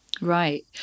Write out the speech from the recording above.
Right